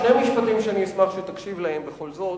שני משפטים שאשמח אם תקשיב להם בכל זאת: